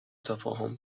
تفاهم